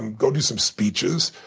and go do some speeches.